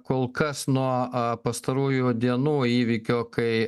kol kas nuo pastarųjų dienų įvykių kai